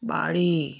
বাড়ি